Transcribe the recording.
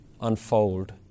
unfold